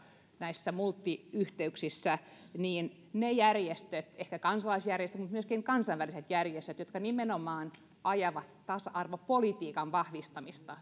multiyhteyksissä ne järjestöt ehkä kansalaisjärjestöt mutta myöskin kansainväliset järjestöt jotka nimenomaan ajavat tasa arvopolitiikan vahvistamista